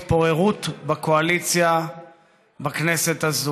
התפוררות בקואליציה בכנסת הזו.